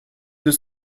deux